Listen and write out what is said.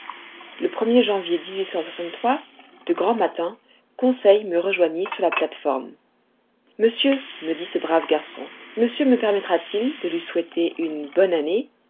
le ler janvier de grand matin conseil me rejoignit sur la plate-forme monsieur me dit ce brave garçon monsieur me permettra t il de lui souhaiter une bonne année